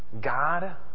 God